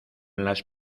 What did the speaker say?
las